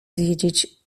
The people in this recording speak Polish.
wiedzieć